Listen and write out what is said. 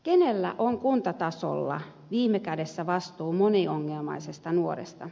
kenellä on kuntatasolla viime kädessä vastuu moniongelmaisesta nuoresta